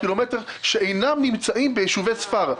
קילומטר שאינם נמצאים ביישובי ספר.